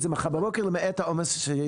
זה מחר בבוקר למעט העומס שיש על כתפייך.